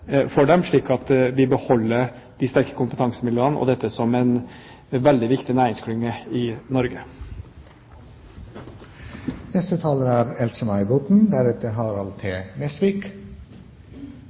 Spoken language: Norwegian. for den, slik at vi beholder de sterke kompetansemiljøene som en veldig viktig næringsklynge i